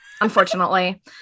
unfortunately